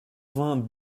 vingt